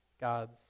God's